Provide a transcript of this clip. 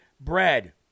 bread